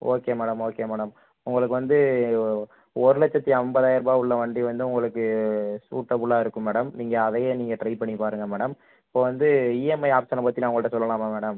okay madam okay madam உங்களுக்கு வந்து ஒரு லட்சத்தி ஐம்பதாயிர்ருபா உள்ள வண்டி வந்து உங்களுக்கு சூட்டபிளாக இருக்கும் மேடம் நீங்கள் அதையே நீங்கள் ட்ரை பண்ணி பாருங்கள் மேடம் இப்போ வந்து இஎம்ஐ ஆப்ஷன் பற்றிலாம் உங்கள்ட்ட சொல்லலாமா மேடம்